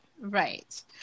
Right